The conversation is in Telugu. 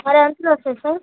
మరి ఎంతలో వస్తాయి సార్